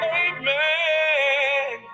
amen